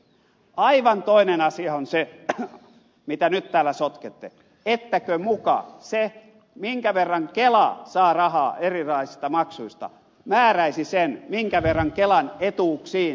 aivan toinen asia on se mitä te nyt täällä sotkette ettäkö muka se minkä verran kela saa rahaa erilaisista maksuista määräisi sen minkä verran kelan etuuksiin laitetaan